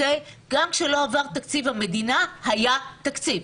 גם כשלא עבר תקציב המדינה היה תקציב,